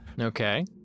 Okay